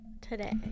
today